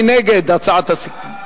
מי נגד הצעת הסיכום?